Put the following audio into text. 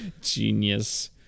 Genius